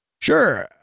sure